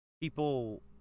people